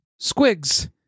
Squigs